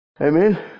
Amen